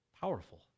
Powerful